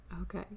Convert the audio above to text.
Okay